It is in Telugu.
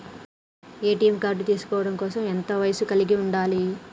ఏ.టి.ఎం కార్డ్ తీసుకోవడం కోసం ఎంత వయస్సు కలిగి ఉండాలి?